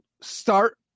start